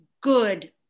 good